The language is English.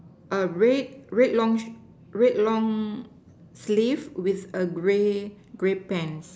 a red red long red long sleeve with a gray gray pants